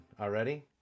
already